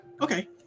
Okay